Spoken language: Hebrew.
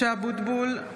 (קוראת בשמות חברי הכנסת) משה אבוטבול,